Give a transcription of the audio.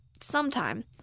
Sometime